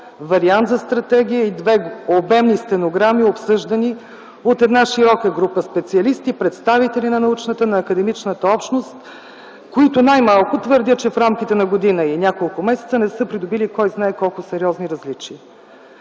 вариант за стратегия и две обемни стенограми от обсъждания на широка група специалисти, представители на научната, на академичната общност, които най-малко твърдя, че в рамките на година и няколко месеца не са придобили кой-знае колко сериозни различия.